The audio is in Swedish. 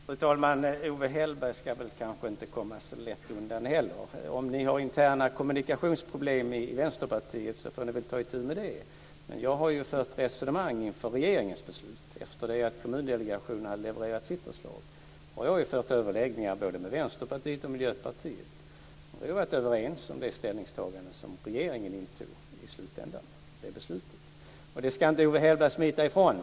Fru talman! Owe Hellberg ska inte heller komma så lätt undan. Om ni har interna kommunikationsproblem i Vänsterpartiet får ni ta itu med det. Jag har fört resonemang inför regeringens beslut efter det att Kommundelegationen har levererat sitt förslag. Jag har fört överläggningar både med Vänsterpartiet och Miljöpartiet. Vi har varit överens om det ställningstagande som regeringen gjorde i slutändan och beslutet. Det ska inte Owe Hellberg smita ifrån.